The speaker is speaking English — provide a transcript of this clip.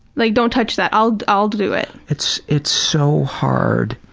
like don't touch that, i'll do i'll do it. it's it's so hard